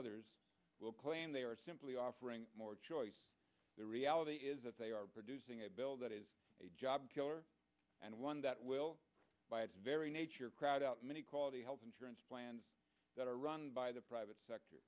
others will claim they are simply offering more choice the reality is that they are producing a bill that is a job killer and one that will by its very nature crowd out many quality health insurance plans that are run by the private sector